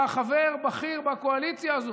אתה חבר בכיר בקואליציה הזאת,